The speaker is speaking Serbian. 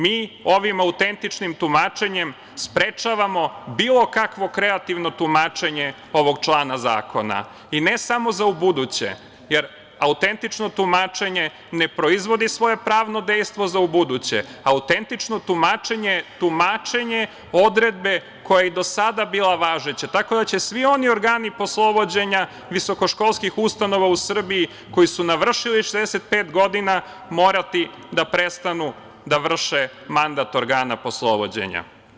Mi ovim autentičnim tumačenjem sprečavamo bilo kakvo kreativno tumačenje ovog člana zakona i ne samo za ubuduće, jer autentično tumačenje ne proizvodi svoje pravno dejstvo za ubuduće, autentično tumačenje je tumačenje odredbe koja je do sada bila važeća, tako da će svi oni organi poslovođenja, visokoškolskih ustanova u Srbiji koji su navršili 65 godina morati da prestanu da vrše mandat organa poslovođenja.